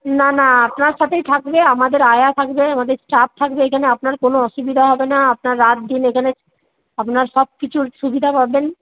না না আপনার সাথেই থাকবে আমাদের আয়া থাকবে আমাদের স্টাফ থাকবে এখানে আপনার কোনো অসুবিধা হবে না আপনার রাতদিন এখানে আপনার সবকিছুর সুবিধা পাবেন